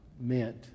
meant